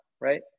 right